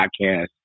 podcast